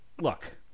Look